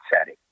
setting